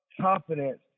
confidence